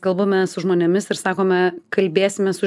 kalbame su žmonėmis ir sakome kalbėsimės su